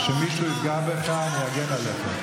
כשמישהו יפגע בך, אני אגן עליך.